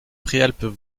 préalpes